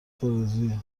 فلزیه